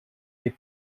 fait